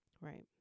right